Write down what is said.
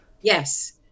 Yes